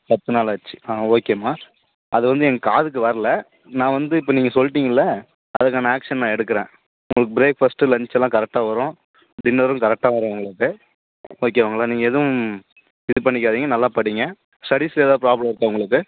பத்து நாள் ஆச்சு ஆ ஓகேம்மா அது வந்து என் காதுக்கு வரல நான் வந்து இப்போ நீங்கள் சொல்லிட்டீங்கல்ல அதுக்கான ஆக்ஷன் நான் எடுக்கறேன் உங்களுக்கு ப்ரேக் ஃபாஸ்ட்டு லன்ச் எல்லாம் கரெக்டாக வரும் டின்னரும் கரெக்டாக வரும் உங்களுக்கு ஓகேங்களா நீங்கள் எதுவும் இது பண்ணிக்காதீங்க நல்லாப் படிங்க ஸ்டடிஸில் எதாவது ப்ராப்ளம் இருக்கா உங்களுக்கு